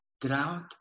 drought